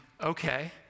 okay